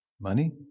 money